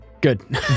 good